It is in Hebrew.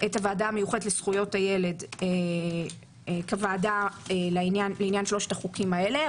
את הוועדה המיוחדת לזכויות הילד כוועדה לעניין שלושת החוקים האלה.